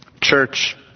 Church